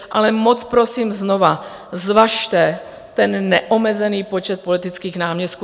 Ale moc prosím znovu, zvažte ten neomezený počet politických náměstků.